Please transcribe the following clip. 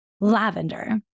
lavender